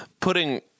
putting